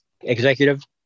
executive